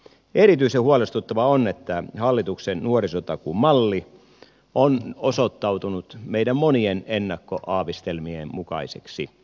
erityisen huolestuttavaa on että hallituksen nuorisotakuumalli on osoittautunut meidän monien ennakkoaavistelmien mukaiseksi